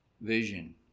vision